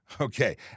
Okay